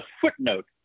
footnote